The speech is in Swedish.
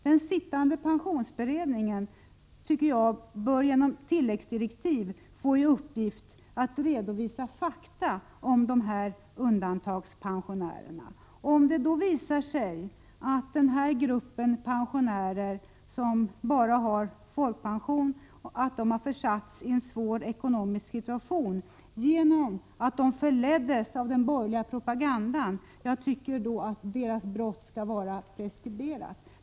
Den sittande pensionsberedningen borde, enligt min mening, genom tilläggsdirektiv få i uppgift att redovisa fakta om undantagandepensionärerna. Visar det sig då att den här gruppen pensionärer, som bara har folkpension, har försatts i en svår ekonomisk situation på grund av att den har förletts av den borgerliga propagandan, tycker jag att brottet skall anses vara preskriberat.